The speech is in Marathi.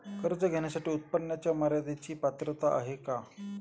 कर्ज घेण्यासाठी उत्पन्नाच्या मर्यदेची पात्रता आहे का?